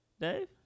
Dave